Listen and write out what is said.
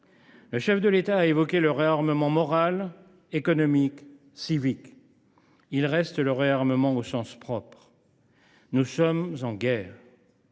Le chef de l’État a évoqué le réarmement moral, économique, civique ; il reste le réarmement au sens propre, car nous sommes en guerre.